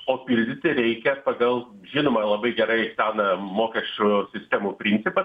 o pildyti reikia pagal žinoma labai gerai seną mokesčių sistemų principą